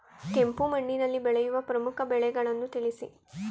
ಕೆಂಪು ಮಣ್ಣಿನಲ್ಲಿ ಬೆಳೆಯುವ ಪ್ರಮುಖ ಬೆಳೆಗಳನ್ನು ತಿಳಿಸಿ?